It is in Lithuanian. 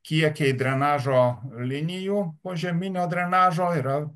kiekiai drenažo linijų požeminio drenažo yra